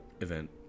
event